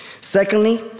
Secondly